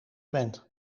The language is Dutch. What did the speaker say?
bent